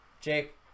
Jake